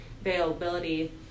availability